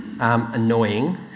Annoying